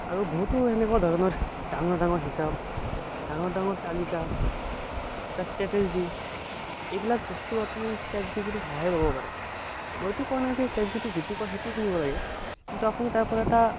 আৰু বহুতো এনেকুৱা ধৰণৰ ডাঙৰ ডাঙৰ হিচাপ ডাঙৰ ডাঙৰ তালিকা এটা ষ্ট্ৰেটেজি এইবিলাক বস্তু আপুনি ছেট জি পি টিৰ সহায় ল'ব পাৰে মইতো কোৱা নাই যে ছেট জি পি টিয়ে যিটো কয় সেইটো শুনিব লাগে কিন্তু আপুনি তাৰ পৰা এটা